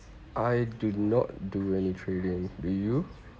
I do not do any trading do you